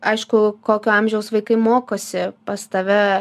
aišku kokio amžiaus vaikai mokosi pas tave